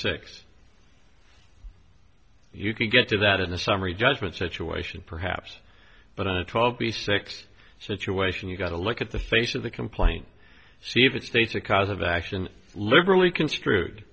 six you can get to that in the summary judgment situation perhaps but on a twelve b six situation you've got to look at the face of the complaint see if it states a cause of action liberally construed